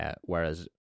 Whereas